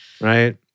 Right